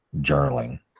journaling